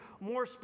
more